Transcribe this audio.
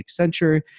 Accenture